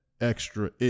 extra